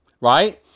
right